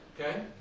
Okay